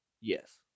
Yes